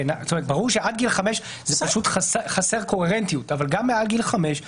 ברור שעד גיל חמש זה פשוט חסר קוהרנטיות אבל גם מעל גיל חמש,